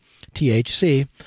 THC